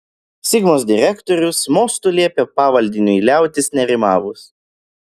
sigmos direktorius mostu liepė pavaldiniui liautis nerimavus